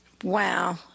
Wow